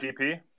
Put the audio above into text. DP